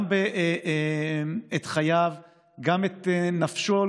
גם את חייו ולעיתים גם את נפשו,